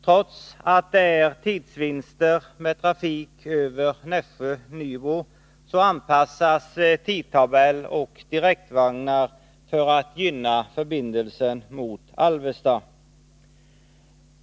Trots att det är tidsvinster med trafik över Nybro-Nässjö anpassas tidtabell och direktvagnar för att gynna förbindelsen mot Alvesta.